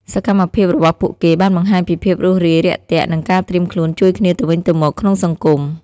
សកម្មភាពរបស់ពួកគេបានបង្ហាញពីភាពរួសរាយរាក់ទាក់និងការត្រៀមខ្លួនជួយគ្នាទៅវិញទៅមកក្នុងសង្គម។